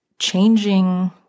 changing